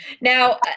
Now